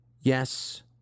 Yes